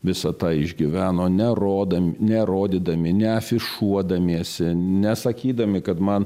visą tą išgyveno nerodomi nerodydami neafišuodamiesi nesakydami kad man